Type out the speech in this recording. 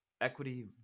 equity